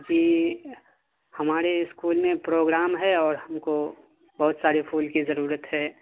جی ہمارے اسکول میں پروگرام ہے اور ہم کو بہت سارے پھول کی ضرورت ہے